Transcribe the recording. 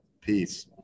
Peace